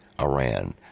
Iran